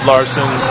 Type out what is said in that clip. Larson